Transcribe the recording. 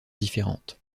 différente